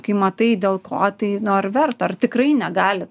kai matai dėl ko tai nu ar verta ar tikrai negali